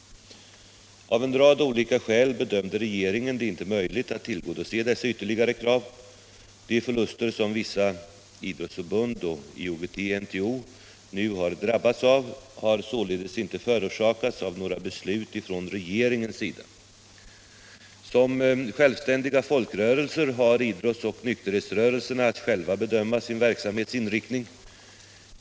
Av en rad olika skäl bedömde regeringen det inte möjligt att tillgodose dessa ytterligare krav. De förluster som vissa idrottsförbund och IOGT-NTO nu har drabbats av har således inte förorsakats av några beslut från regeringens sida. Som självständiga folkrörelser har idrottsoch nykterhetsrörelserna att själva bedöma sin verksamhets inriktning.